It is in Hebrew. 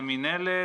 זו מינהלת,